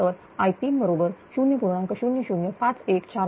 तर i3 बरोबर 0